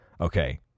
okay